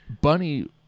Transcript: Bunny